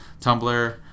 tumblr